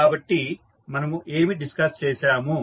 కాబట్టి మనము ఏమి డిస్కస్ చేసాము